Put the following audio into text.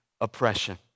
oppression